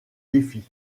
défi